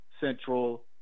Central